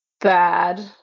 bad